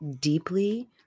deeply